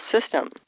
system